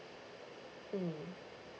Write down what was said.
mm